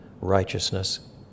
righteousness